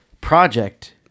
Project